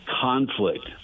conflict